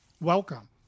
welcome